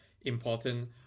important